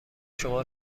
شما